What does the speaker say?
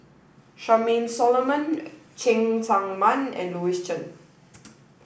Charmaine Solomon Cheng Tsang Man and Louis Chen